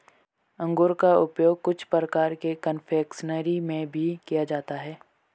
अंगूर का उपयोग कुछ प्रकार के कन्फेक्शनरी में भी किया जाता है